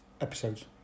episodes